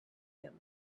him